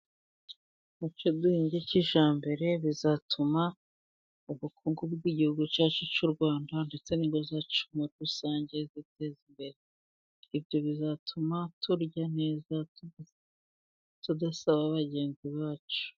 Nimucyo duhinge kijyambere, bizatuma ubukungu bw'igihugu cyacu cy'u rwanda ndetse n'ingo zacu muri rusange biteza imbere. Ibyo bizatuma turya neza tudasaba bagenzi bacu.